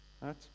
right